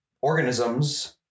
organisms